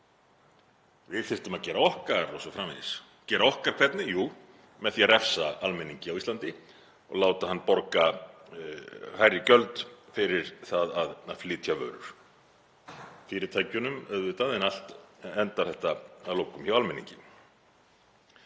Við þyrftum að gera okkar o.s.frv. Gera okkar hvernig? Jú, með því að refsa almenningi á Íslandi og láta hann borga hærri gjöld fyrir það að flytja vörur; fyrirtækin auðvitað, en allt endar þetta að lokum hjá almenningi.